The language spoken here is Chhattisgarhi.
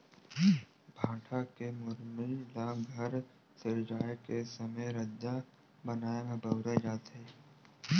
भाठा के मुरमी ल घर सिरजाए के समे रद्दा बनाए म बउरे जाथे